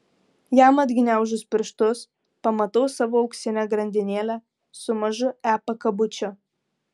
jam atgniaužus pirštus pamatau savo auksinę grandinėlę su mažu e pakabučiu